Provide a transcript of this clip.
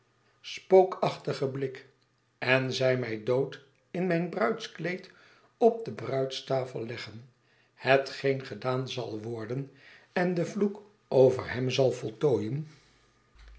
spookachtigen blik en zij mij dood in mijn bruidskleed op de bruidstafel leggen hetgeen gedaan zal worden en den vloek over hem zal voltooien